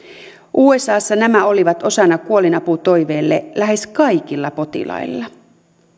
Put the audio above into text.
usassa nämä olivat osana kuolinaputoiveelle lähes kaikilla potilailla